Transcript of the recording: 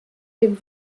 dem